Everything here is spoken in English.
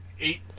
eight